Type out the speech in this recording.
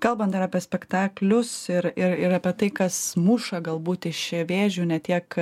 kalbant dar apie spektaklius ir ir ir apie tai kas muša galbūt iš vėžių ne tiek